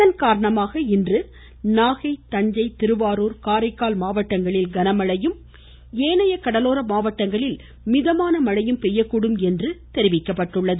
இதன்காரணமாக இன்று நாகை தஞ்சை திருவாரூர் காரைக்கால் மாவட்டங்களில் கன மழையும் ஏனைய கடலோர மாவட்டங்களில் மிதமான மழையும் பெய்யக்கூடும் என்று தெரிவிக்கப்பட்டுள்ளது